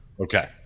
Okay